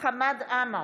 חמד עמאר,